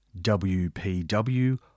WPW